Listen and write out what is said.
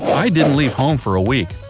i didn't leave home for a week.